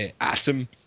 Atom